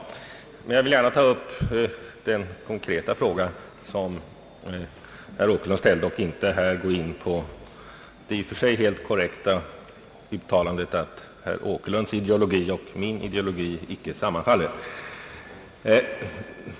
Jag vill emellertid gärna ta upp den konkreta fråga som herr Åkerlund ställde utan att gå in på det i och för sig korrekta uttalandet att herr Åkerlunds ideologi och min ideologi inte sammanfaller.